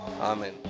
Amen